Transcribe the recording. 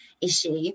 issue